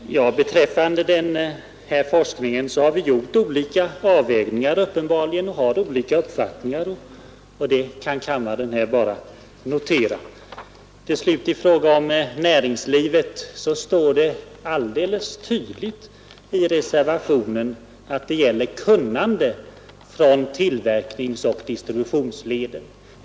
Herr talman! Beträffande forskningen har vi gjort olika avvägningar och har uppenbarligen olika uppfattningar, vilket kammaren här bara kan I fråga om näringslivet står det alldeles tydligt i reservationen 8 att det är värdefullt om sakkunskap från näringslivets tillverkningsoch handelsled finns företrädd i styrelsen.